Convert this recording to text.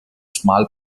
small